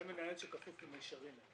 זה מנהל שכפוף במישרין.